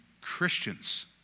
Christians